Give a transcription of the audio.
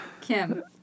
Kim